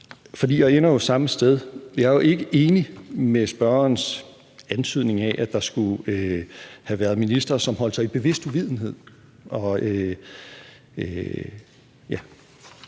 For jeg ender jo samme sted. Jeg er jo ikke enig med spørgerens antydning af, at der skulle have været ministre, som holdt sig i bevidst uvidenhed.